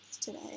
today